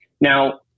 Now